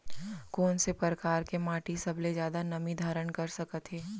कोन से परकार के माटी सबले जादा नमी धारण कर सकत हे?